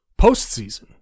postseason